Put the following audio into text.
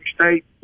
State